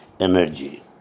energy